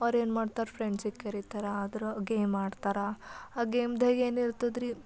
ಅವ್ರು ಏನು ಮಾಡ್ತಾರೆ ಫ್ರೆಂಡ್ಸಿಗೆ ಕರೀತಾರೆ ಆದ್ರೆ ಗೇಮ್ ಆಡ್ತಾರೆ ಆ ಗೇಮ್ದಾಗ ಏನಿರ್ತದ್ರಿ